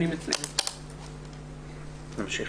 נמשיך.